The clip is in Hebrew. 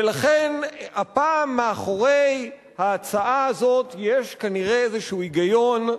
ולכן הפעם מאחורי ההצעה הזאת יש כנראה איזה היגיון,